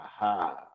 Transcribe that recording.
Aha